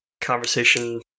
conversation